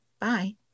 bye